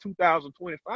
2025